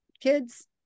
kids